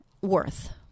worth